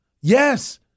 Yes